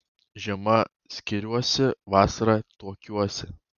žiemą skiriuosi vasarą tuokiuosi